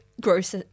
gross